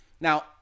Now